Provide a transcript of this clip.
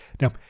Now